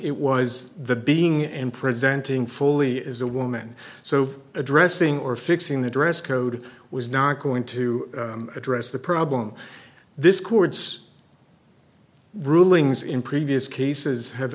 it was the being and presenting fully as a woman so addressing or fixing the dress code was not going to address the problem this chords rulings in previous cases have